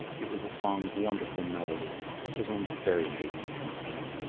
it was a song of wonderful melody, such as only fairy maidens can sing,